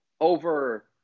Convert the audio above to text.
over